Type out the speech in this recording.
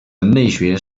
人类学